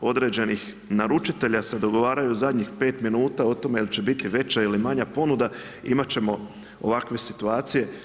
određenih naručitelja se dogovaraju zadnjih 5 minuta o tome hoće li biti veća ili manja ponuda imati ćemo ovakve situacije.